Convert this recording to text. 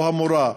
או המורָה,